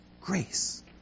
Grace